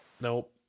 Nope